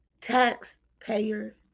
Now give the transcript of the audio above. Taxpayer